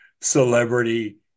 celebrity